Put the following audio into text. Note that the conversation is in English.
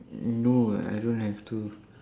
no I don't have to